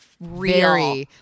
real